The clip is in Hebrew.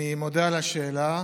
אני מודה על השאלה.